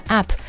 App